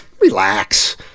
Relax